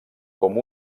com